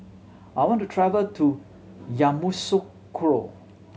I want to travel to Yamoussoukro